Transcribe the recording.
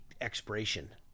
expiration